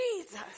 Jesus